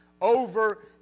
Over